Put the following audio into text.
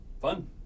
Fun